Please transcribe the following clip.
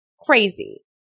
crazy